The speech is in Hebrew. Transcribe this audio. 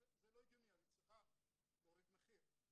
זה לא הגיוני, היא צריכה להוריד מחיר.